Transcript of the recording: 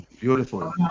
Beautiful